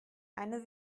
eine